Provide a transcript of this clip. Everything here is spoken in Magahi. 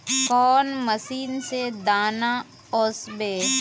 कौन मशीन से दाना ओसबे?